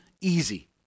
easy